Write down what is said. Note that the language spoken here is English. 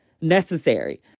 necessary